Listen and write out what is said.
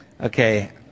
Okay